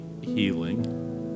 healing